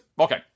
Okay